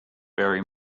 very